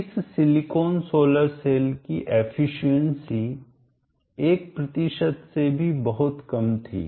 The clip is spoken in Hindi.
इस सिलीकान सोलर सेल की एफिशिएंसी दक्षता 1 से भी बहुत कम थी